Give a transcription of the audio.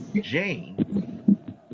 Jane